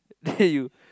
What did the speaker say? then you